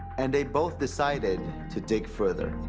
and they both decided to dig further.